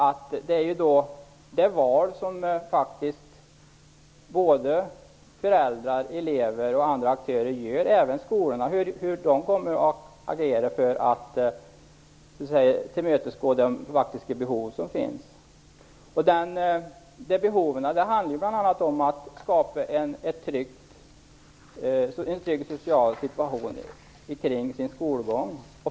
Det handlar om det val som faktiskt föräldrar, elever och andra aktörer gör, även skolorna - alltså hur de kommer att agera för att tillmötesgå de behov som finns. Det handlar då bl.a. om att skapa en trygg social situation kring skolgången.